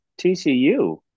TCU